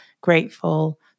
grateful